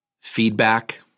Feedback